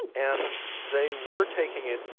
and they were taking it